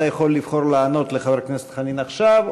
אתה יכול לבחור לענות לחבר הכנסת חנין עכשיו,